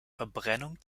verbrennung